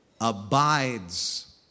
abides